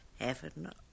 heaven